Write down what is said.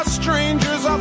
strangers